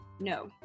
No